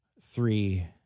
three